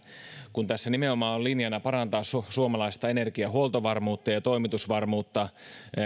kun tässä nimenomaan on linjana parantaa suomalaista energiahuoltovarmuutta ja toimitusvarmuutta